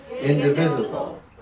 indivisible